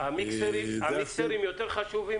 המיקסרים יותר חשובים